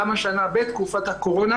גם השנה, בתקופת הקורונה,